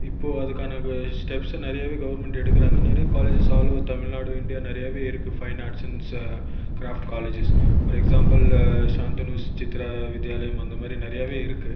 இப்போ அதுக்கான ஸ்டெப்ஸ் நிறையவே கவர்ன்மெண்ட் எடுக்கிறாங்க நெறைய colleges all over Tamil Nadu India நிறையவே இருக்குது fine arts and craft colleges for example Shantanu Chitra Vidyalayam அந்த மாதிரி நிறையாவே இருக்குது